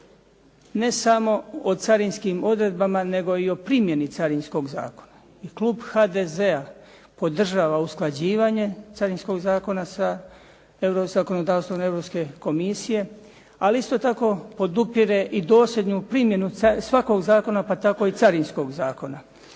ne samo o carinskim odredbama nego i o primjeni Carinskog zakona je klub HDZ podržava usklađivanje Carinskog zakona sa zakonodavstvom Europske komisije, ali isto tako podupire i dosljedniju primjenu svakog zakona, pa tako i Carinskog zakona.